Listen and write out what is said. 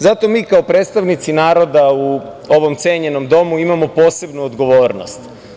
Zato mi kao predstavnici naroda u ovom cenjenom domu imamo posebnu odgovornost.